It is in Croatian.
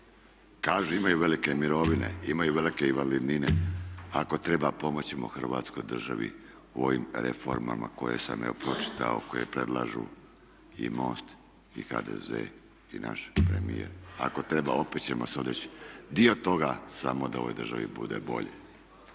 Kažu imaju velike mirovine, imaju velike invalidnine, ako treba pomoći ćemo Hrvatskoj državi u ovim reformama koje sam evo pročitao koje predlažu i MOST i HDZ i naš premijer. Ako treba opet ćemo se odreći dio toga samo da ovoj državi bude bolje.